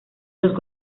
dos